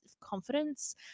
confidence